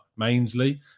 Mainsley